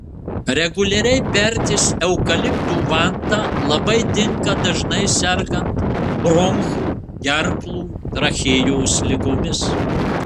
reguliariai pertis eukaliptų vanta labai tinka dažnai sergant bronchų gerklų trachėjos ligomis